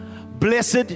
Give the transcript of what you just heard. Blessed